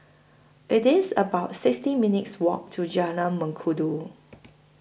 IT IS about sixty minutes' Walk to Jalan Mengkudu